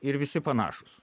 ir visi panašūs